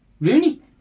Rooney